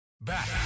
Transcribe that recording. Back